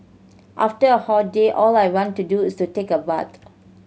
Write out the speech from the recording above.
after a hot day all I want to do is to take a bath